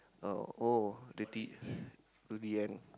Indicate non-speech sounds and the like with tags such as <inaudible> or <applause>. uh oh the <breath> durian